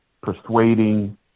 persuading